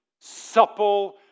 Supple